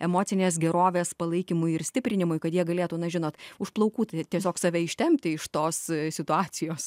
emocinės gerovės palaikymui ir stiprinimui kad jie galėtų na žinot už plaukų tai tiesiog save ištempti iš tos situacijos